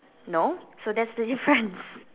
no so that's the difference